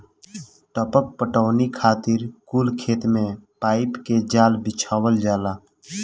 टपक पटौनी खातिर कुल खेत मे पाइप के जाल बिछावल जाला